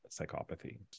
psychopathy